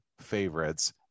favorites